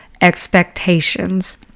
expectations